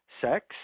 sex